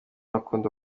akunda